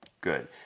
good